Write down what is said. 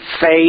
faith